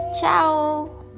ciao